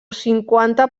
cinquanta